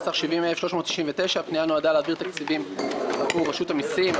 הפנייה נועדה להעביר תקציבים עבור רשות המסים,